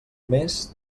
més